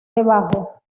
debajo